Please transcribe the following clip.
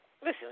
listen